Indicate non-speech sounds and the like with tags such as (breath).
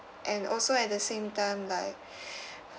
and also at the same time like (breath)